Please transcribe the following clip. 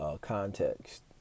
context